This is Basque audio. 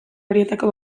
horietako